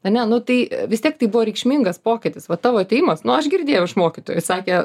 ane nu tai vis tiek tai buvo reikšmingas pokytis va tavo atėjimas nu aš girdėjau iš mokytojų sakė